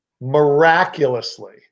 Miraculously